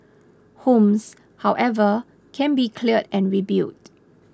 homes however can be cleared and rebuilt